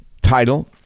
Title